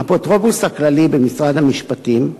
האפוטרופוס הכללי במשרד המשפטים,